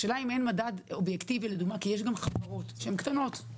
האלה אם אין מדד אובייקטיבי לדוגמה כי יש גם חברות שהן קטנות,